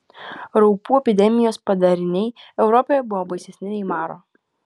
raupų epidemijos padariniai europoje buvo baisesni nei maro